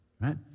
right